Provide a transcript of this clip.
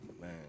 Man